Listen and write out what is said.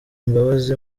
imbabazi